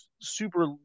super